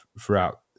throughout